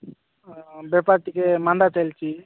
ବେପାର ଟିକେ ମାନ୍ଦା ଚାଲିଛି